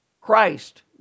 Christ